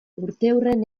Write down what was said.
urteurren